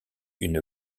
une